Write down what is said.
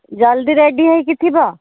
ଜଲ୍ଦି ରେଡ୍ଡି ହୋଇକି ଥିବ